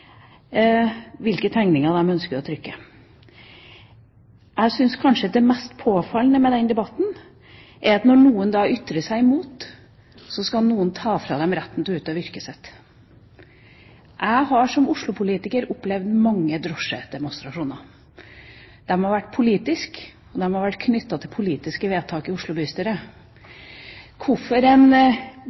hvilke tegninger de ønsker å trykke. Jeg syns kanskje det mest påfallende med den debatten er at når noen da ytrer seg mot, så skal noen ta fra dem retten til å utøve yrket sitt. Jeg har som Oslo-politiker opplevd mange drosjedemonstrasjoner. De har vært politiske, og de har vært knyttet til politiske vedtak i Oslo bystyre. At en